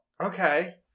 Okay